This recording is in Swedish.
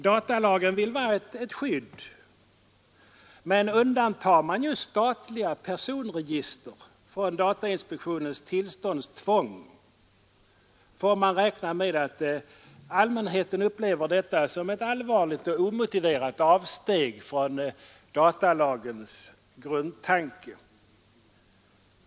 Datalagen är avsedd att vara ett skydd, men undantar man just statliga personregister från datainspektionens tillståndstvång, får man räkna med att allmänheten upplever detta som ett allvarligt och omotiverat avsteg från datalagens grundtanke.